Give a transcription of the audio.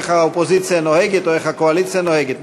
איך האופוזיציה נוהגת או איך הקואליציה נוהגת?